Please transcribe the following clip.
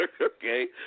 Okay